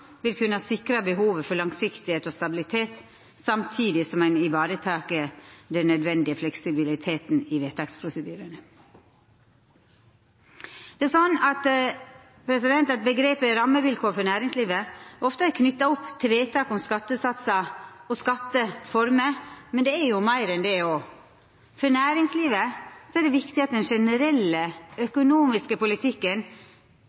vil kunna sikra behovet for langsiktigheit og stabilitet, samtidig som ein varetek den nødvendige fleksibiliteten i vedtaksprosedyrane. Omgrepet «rammevilkår for næringslivet» er ofte knytt opp til vedtak om skattesatsar og skatteformer, men det er jo meir enn det òg. For næringslivet er det viktig at den generelle